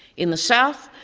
in the south,